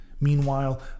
Meanwhile